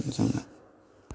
जोंना